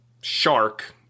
shark